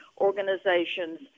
organizations